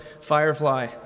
Firefly